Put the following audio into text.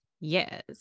Yes